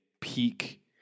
peak